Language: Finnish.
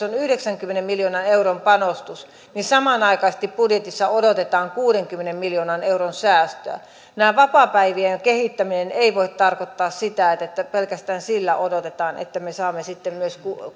on yhdeksänkymmenen miljoonan euron panostus niin samanaikaisesti budjetissa odotetaan kuudenkymmenen miljoonan euron säästöä näiden vapaapäivien kehittäminen ei voi tarkoittaa sitä että pelkästään sillä odotetaan että me saamme sitten myös